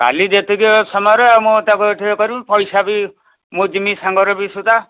କାଲି ଯେତିକି ସମୟରେ ମୁଁ ତାକୁ ଏଠି ଇଏ କରିବି ପଇସା ବି ମୁଁ ଯିମି ସାଙ୍ଗରେ ବି ସୁଦ୍ଧା